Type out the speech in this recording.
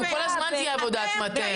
הם כל הזמן יהיו בעבודת מטה.